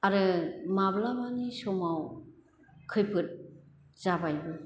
आरो माब्लाबानि समाव खैफोद जाबायबो